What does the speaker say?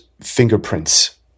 fingerprints